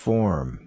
Form